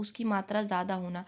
उसकी मात्रा ज़्यादा होना